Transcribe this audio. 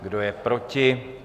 Kdo je proti?